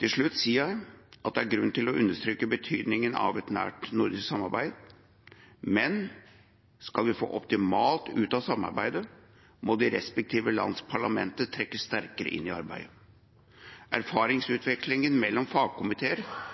Til slutt vil jeg si at det er grunn til å understreke betydningen av et nært nordisk samarbeid, men skal vi få optimalt ut av samarbeidet, må de respektive lands parlamenter trekkes sterkere inn i arbeidet. Erfaringsutvekslingen mellom fagkomiteer